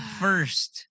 first